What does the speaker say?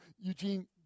Eugene